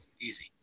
easy